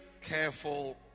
careful